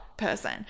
person